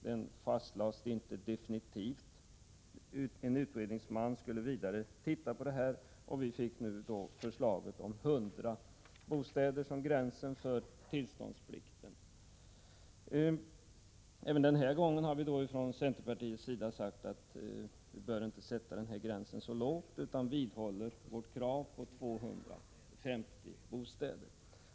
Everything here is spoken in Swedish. Den fastlades inte definitivt, utan en utredningsman skulle vidare undersöka saken. Nu har det kommit ett förslag om 100 bostäder som gräns för tillståndsplikten. Även denna gång har vi från centerns sida sagt att vi inte bör sätta gränsen så lågt, utan vi vidhåller vårt krav på 250 bostäder.